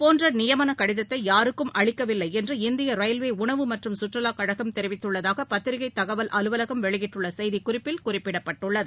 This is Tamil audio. போன்றநியமனகடிதத்தையாருக்கும் அளிக்கவில்லைஎன்று இந்தியரயில்வேஉணவு மற்றும் இது சுற்றுலாக் கழகம் தெரிவித்துள்ளதாகபத்திரிகைதகவல் அலுவலகம் வெளியிட்டுள்ளசெய்திக் குறிப்பில் குறிப்பிடப்பட்டுள்ளது